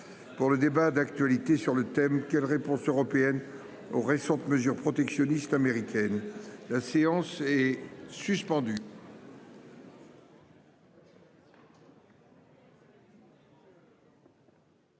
le débat d'actualité sur le thème :« Quelle réponse européenne aux récentes mesures protectionnistes américaines ?» Je vous rappelle